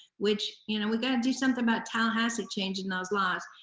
which and and we gotta do somethin' about tallahassee changing those laws,